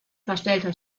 verstellter